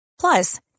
plus